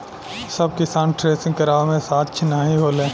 सब किसान थ्रेसिंग करावे मे सक्ष्म नाही होले